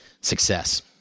success